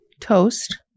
toast